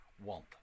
want